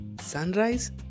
sunrise